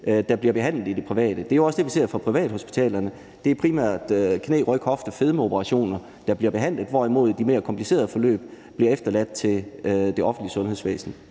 der bliver overladt til det private. Det er jo også det, vi ser på privathospitalerne. Det er primært knæ-, ryg-, hofte- og fedmeoperationer, der bliver behandlet der, hvorimod de mere komplicerede forløb bliver overladt til det offentlige sundhedsvæsen.